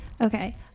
Okay